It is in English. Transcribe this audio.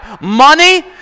money